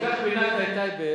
כל כך פינקת את טייבה,